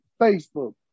Facebook